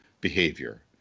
behavior